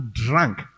drunk